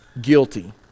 guilty